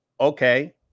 okay